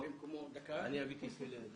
מה אתה רוצה מבית הספר שלך?